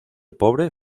pobre